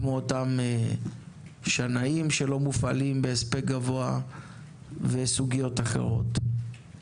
כמו אותם שנאים שלא מופעלים בהספק גבוה וסוגיות אחרות.